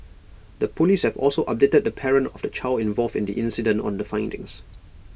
the Police have also updated the parent of the child involved in the incident on the findings